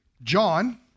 John